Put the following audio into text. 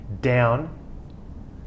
down